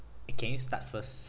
can you start first